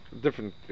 different